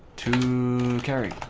to